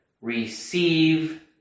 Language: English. receive